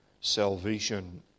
salvation